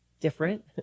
different